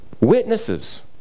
witnesses